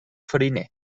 fariner